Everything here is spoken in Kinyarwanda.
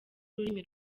ururimi